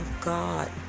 God